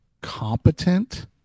competent